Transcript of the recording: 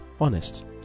honest